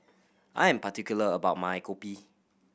I am particular about my kopi